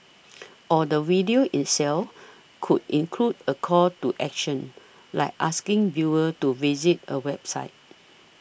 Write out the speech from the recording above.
or the video itself could include a call to action like asking viewers to visit a website